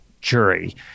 jury